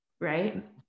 right